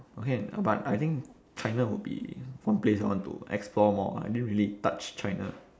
okay but I think china would be one place I want to explore more I didn't really touch china